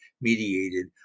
mediated